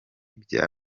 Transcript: bya